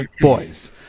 boys